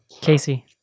Casey